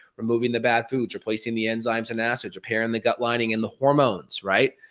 removing the bad foods, replacing the enzymes and acids, repairing the gut lining and the hormones right?